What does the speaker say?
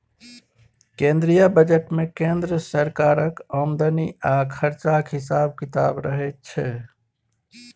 केंद्रीय बजट मे केंद्र सरकारक आमदनी आ खरचाक हिसाब किताब रहय छै